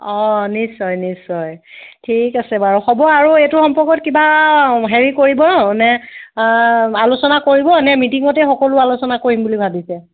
অঁ নিশ্চয় নিশ্চয় ঠিক আছে বাৰু হ'ব আৰু এইটো সম্পৰ্কত কিবা হেৰি কৰিব নে আলোচনা কৰিবনে মিটিঙতে সকলো আলোচনা কৰিম বুলি ভাবিছে